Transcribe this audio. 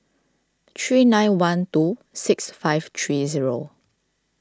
three nine one two six five three zero